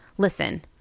Listen